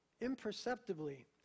imperceptibly